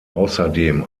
außerdem